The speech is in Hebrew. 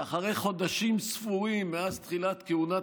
ואחרי חודשים ספורים מאז תחילת כהונת